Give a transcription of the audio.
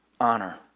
honor